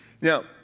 Now